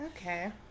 Okay